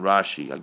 Rashi